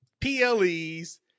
PLE's